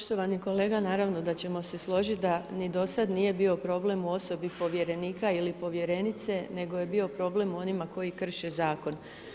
Poštovani kolega naravno da ćemo se složit da ni dosad nije bio problem u osobi povjerenika ili povjerenice nego je bio problem u onima koji krše zakon.